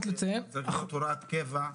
-- הוראת קבע?